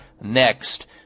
next